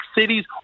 cities